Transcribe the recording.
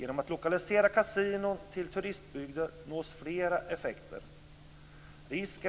Genom att lokalisera kasinon till turistbygder nås flera effekter.